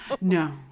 No